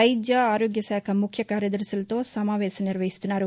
వైద్య ఆరోగ్యశాఖ ముఖ్య కార్యదర్శులతో సమావేశం నిర్వహిస్తున్నారు